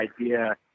idea